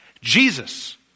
Jesus